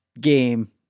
game